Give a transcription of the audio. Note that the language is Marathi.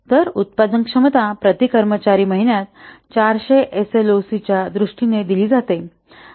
तर उत्पादनक्षमता प्रति कर्मचारी महिन्यात 400 एस एल ओ सी च्या दृष्टीने दिली जाते